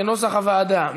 כנוסח הוועדה.